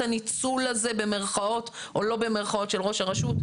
הניצול הזה במירכאות או לא במירכאות של ראש הרשות?